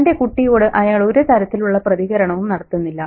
തന്റെ കുട്ടിയോട് അയാൾ ഒരു തരത്തിലുള്ള പ്രതികരണവും നടത്തുന്നില്ല